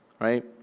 right